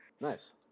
Nice